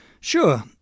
Sure